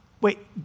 wait